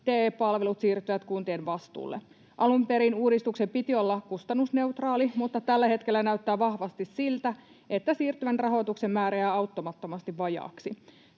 TE-palvelut siirtyvät kuntien vastuulle. Alun perin uudistuksen piti olla kustannusneutraali, mutta tällä hetkellä näyttää vahvasti siltä, että siirtyvän rahoituksen määrä jää auttamattomasti vajaaksi.